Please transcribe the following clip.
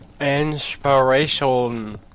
Inspiration